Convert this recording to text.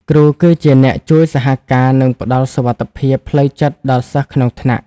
គ្រូគឺជាអ្នកជួយសហការនិងផ្តល់សុវត្ថិភាពផ្លូវចិត្តដល់សិស្សក្នុងថ្នាក់។